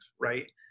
right